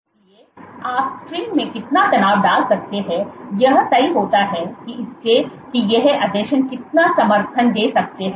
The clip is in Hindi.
इसलिए आप स्ट्रिंग में कितना तनाव डाल सकते हैं यह तय होता है इससे कि ये आसंजन कितना समर्थन दे सकते हैं